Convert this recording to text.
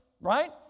right